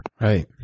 Right